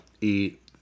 eat